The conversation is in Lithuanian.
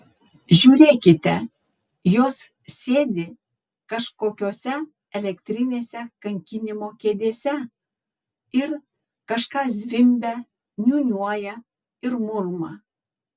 žiūrėkite jos sėdi kažkokiose elektrinėse kankinimo kėdėse ir kažką zvimbia niūniuoja ir murma